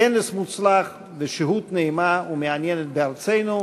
כנס מוצלח ושהות נעימה ומעניינת בארצנו.